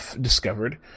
discovered